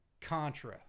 Contra